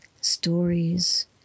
Stories